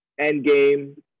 endgame